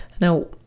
Now